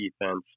defense